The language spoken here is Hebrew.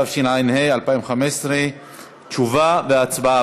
התשע"ה 2015. תשובה והצבעה,